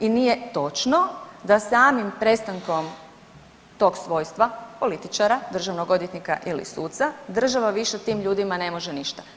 I nije točno da samim prestankom tog svojstva političara, državnog odvjetnika ili suca država više tim ljudima ne može ništa.